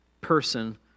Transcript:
person